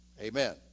Amen